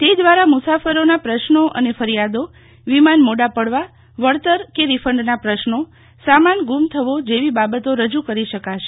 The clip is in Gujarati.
તે દ્વારા મુસાફરોના પ્રશ્નો અને ફરીયાદો વિમાન મોડાં પડવાં વળતર કે રીફંડના પ્રશ્નો સામાન ગુમ થવો જેવી બાબતો રજૂ કરી શકાશે